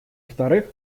вторых